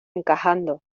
encajando